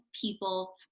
people